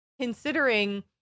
considering